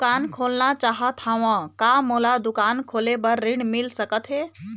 दुकान खोलना चाहत हाव, का मोला दुकान खोले बर ऋण मिल सकत हे?